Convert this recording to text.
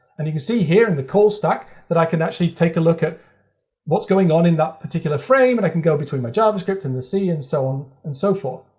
and you can see here in the call stack that i can actually take a look at what's going on in that particular frame, and i can go between my javascript and the c, and so on and so forth.